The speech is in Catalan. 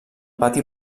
pati